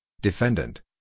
Defendant